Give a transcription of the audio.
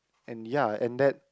and ya and that